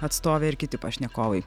atstovė ir kiti pašnekovai